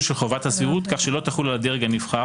של חובת הסבירות כך שלא תחול על הדרג הנבחר,